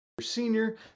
senior